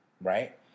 right